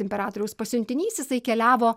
imperatoriaus pasiuntinys jisai keliavo